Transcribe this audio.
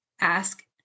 ask